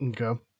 Okay